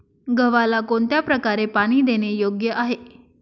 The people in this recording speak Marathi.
गव्हाला कोणत्या प्रकारे पाणी देणे योग्य आहे?